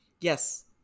Yes